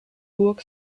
burg